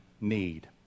need